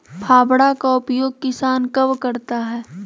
फावड़ा का उपयोग किसान कब करता है?